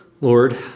Lord